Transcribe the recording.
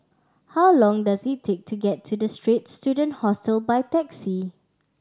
how long does it take to get to The Straits Student Hostel by taxi